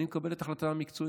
אני מקבל את ההחלטה המקצועית.